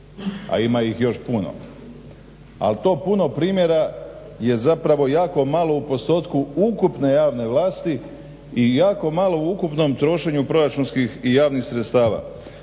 a ima ih još puno, a to puno primjera je zapravo jako malo u postotku ukupne javne vlasti i jako malo u ukupnom trošenju proračunskih i javnih sredstava.